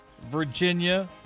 Virginia